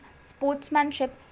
sportsmanship